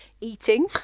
eating